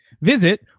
Visit